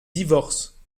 divorce